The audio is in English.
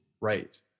Right